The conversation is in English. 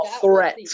threat